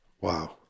Wow